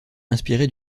inspiré